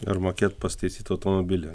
ar mokėt pasitaisyt automobilį